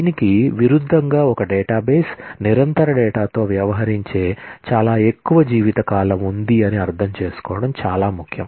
దీనికి విరుద్ధంగా ఒక డేటాబేస్ నిరంతర డేటాతో వ్యవహరించే చాలా ఎక్కువ జీవితకాలం ఉంది అని అర్థం చేసుకోవడం చాలా ముఖ్యం